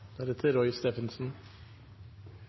da er det